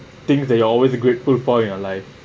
things that you always grateful for in your life